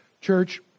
Church